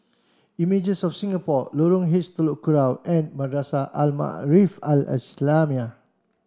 Images of Singapore Lorong H Telok Kurau and Madrasah Al Maarif Al Islamiah